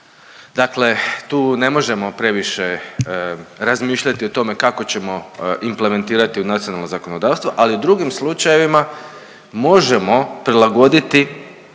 Dakle, tu ne možemo previše razmišljati o tome kako ćemo implementirati u nacionalno zakonodavstvo, ali u drugim slučajevima možemo prilagoditi